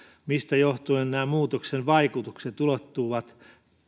mistä johtuen nämä muutoksen vaikutukset ulottuvat